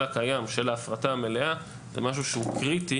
הקיים של ההפרטה מלאה זה משהו שהוא קריטי